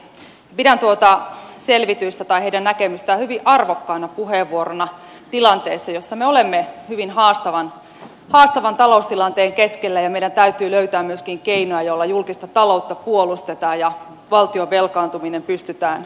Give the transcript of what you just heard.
pidän tuota heidän näkemystään hyvin arvokkaana puheenvuorona tilanteessa jossa me olemme hyvin haastavan taloustilanteen keskellä ja meidän täytyy löytää myöskin keinoja joilla julkista taloutta puolustetaan ja valtion velkaantuminen pystytään pysäyttämään